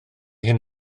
hyn